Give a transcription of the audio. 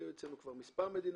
היו אצלנו כבר מספר מדינות,